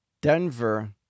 Denver